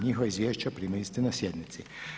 Njihova izvješća primili ste na sjednici.